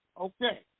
Okay